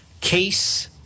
case